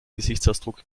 gesichtsausdruck